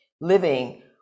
living